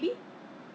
(uh huh) so